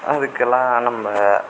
அதுக்கெலாம் நம்ம